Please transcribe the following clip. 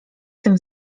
tym